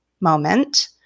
moment